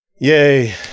Yay